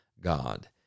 God